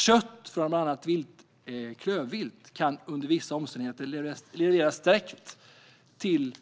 Kött från annat klövvilt kan under vissa omständigheter levereras direkt till